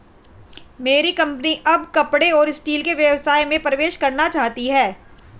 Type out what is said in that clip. मेरी कंपनी अब कपड़े और स्टील के व्यवसाय में प्रवेश करना चाहती है